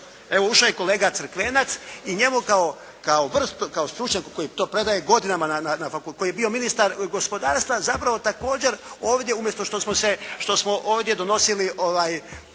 Evo ušao je kolega Crkvenac i njemu kao vrsnom, kao stručnjaku koji to predaje godinama na, koji je bio ministar gospodarstva zapravo također ovdje umjesto što smo se, što